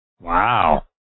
Wow